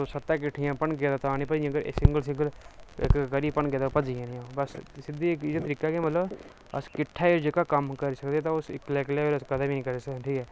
तुस सत्तै किट्ठियां भनगे तां नेईं भजदियां पर सिंगल सिंगल इक इक करियै भनगे तां भज्जी जानियां बस्स सिद्धी इक इ'यै तरीका ऐ कि मतलब अस किट्ठे होइयै जेह्के कम्म करी सकदे तां उसी इक्कलै इक्कले होइयै अस कदें बी नेईं करी सकदे ऐ